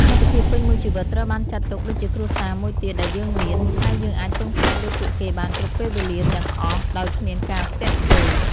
មិត្តភាពពេញមួយជីវិតត្រូវបានចាត់ទុកដូចជាគ្រួសារមួយទៀតដែលយើងមាន ហើយយើងអាចពឹងផ្អែកលើពួកគេបានគ្រប់ពេលវេលាទាំងអស់ដោយគ្មានការស្ទាក់ស្ទើរ។